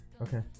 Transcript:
Okay